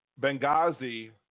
Benghazi